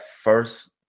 first